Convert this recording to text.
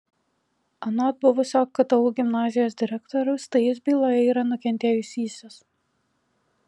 anot buvusio ktu gimnazijos direktoriaus tai jis byloje yra nukentėjusysis